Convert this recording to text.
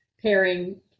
pairing